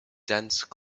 dense